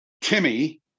Timmy